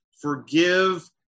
Forgive